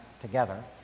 together